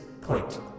point